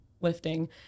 lifting